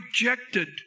rejected